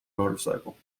motorcycle